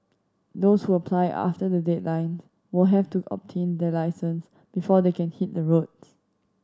those who apply after the deadline will have to obtain their licence before they can hit the roads